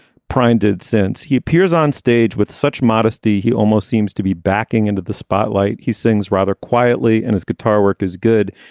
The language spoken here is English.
prine did since he appears on stage with such modesty. he almost seems to be backing into the spotlight. he sings rather quietly, and his guitar work is good,